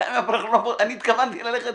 אני התכוונתי ללכת